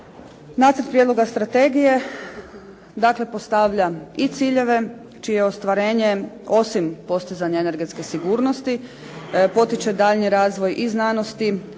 Nacrt prijedloga strategije, dakle postavlja i ciljeve čije ostvarenje osim postizanja energetske sigurnosti potiče daljnji razvoj i znanosti,